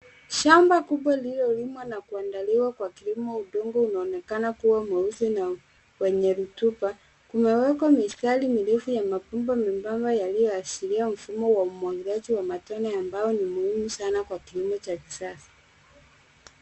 Shamba kubwa lililolimwa na kuandaliwa kwa kilimo. Udongo unaonekana kua mweusi na wenye rutuba. Kumewekwa mistari mirefu ya mabomba membamba yaliyoashiria mfumo wa umwagiliaji wa matone ambao ni muhimu sana kwa kilimo cha kisasa.